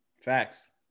Facts